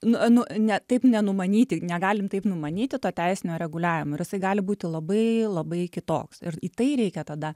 nu nu ne taip nenumanyti negalim taip numanyti to teisinio reguliavimo ir jisai gali būti labai labai kitoks ir į tai reikia tada